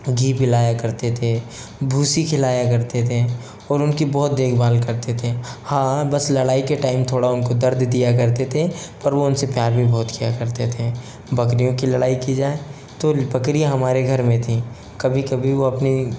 घी पिलाया करते थे भूषी खिलाया करते थे और उनकी बहुत देखभाल करते थे हाँ बस लड़ाई के टाइम थोड़ा उनको दर्द दिया करते थे पर वो उनसे प्यार भी बहुत किया करते थे बकरियों की लड़ाई की जाए तो बकरियाँ हमारे घर में थी कभी कभी वो अपनी